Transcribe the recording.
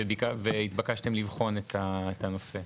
והתבקשתם לבחון את הנושא.